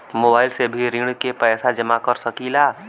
Mobile से भी ऋण के पैसा जमा कर सकी ला?